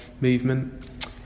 movement